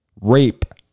rape